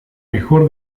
mejor